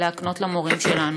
להקנות למורים שלנו.